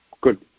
good